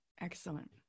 excellent